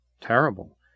terrible